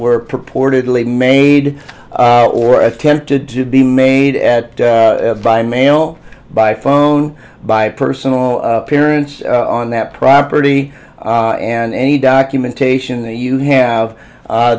were purportedly made or attempted to be made at by mail by phone by a personal appearance on that property and any documentation that you have